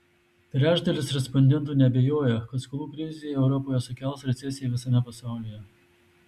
trečdalis respondentų neabejoja kad skolų krizė europoje sukels recesiją visame pasaulyje